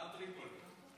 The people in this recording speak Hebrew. גם טריפולי.